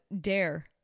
dare